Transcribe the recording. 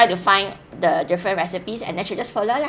to find the different recipes and then you just follow lah